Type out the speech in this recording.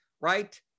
right